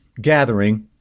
gathering